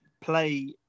play